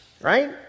right